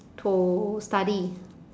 to study